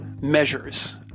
measures